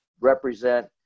represent